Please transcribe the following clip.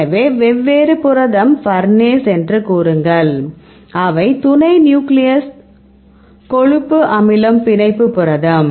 எனவே வெவ்வேறு புரதம் பர்னேஸ் என்று கூறுங்கள் அவை துணை நியூக்ளியஸ் கொழுப்பு அமிலம் பிணைப்பு புரதம்